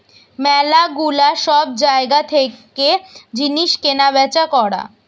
ম্যালা গুলা সব জায়গা থেকে জিনিস কেনা বেচা করা